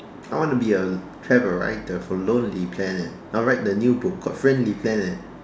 I wanna be a travel writer for lonely planet I wanna write the new book called friendly planet